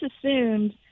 assumed